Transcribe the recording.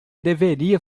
deveria